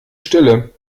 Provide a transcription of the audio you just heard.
stille